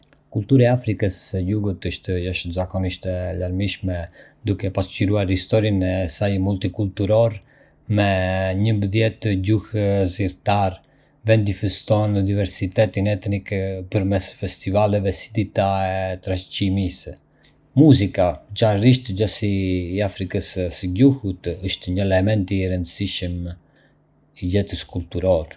Kultura e Afrikës së Jugut është jashtëzakonisht e larmishme, duke pasqyruar historinë e saj multikulturore. Me njëmbëdhjetë gjuhë zyrtare, vendi feston diversitetin etnik përmes festivaleve si Dita e Trashëgimisë. Muzika, veçanërisht xhazi i Afrikës së Jugut, është një element i rëndësishëm i jetës kulturore.